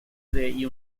the